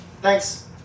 Thanks